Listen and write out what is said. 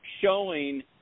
showing